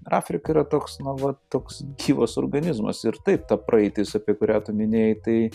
afrika yra toks na va toks gyvas organizmas ir taip ta praeitis apie kurią tu minėjai tai